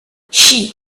she